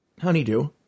Honeydew